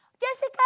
Jessica